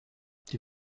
die